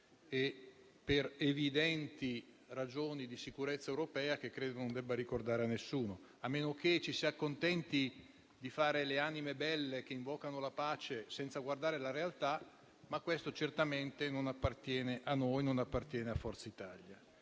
e per evidenti ragioni di sicurezza europea, che non credo di dover ricordare a nessuno, a meno che ci si accontenti di fare le anime belle che invocano la pace senza guardare la realtà, ma questo certamente non appartiene a noi e non appartiene a Forza Italia.